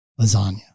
Lasagna